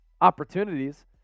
opportunities